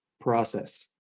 process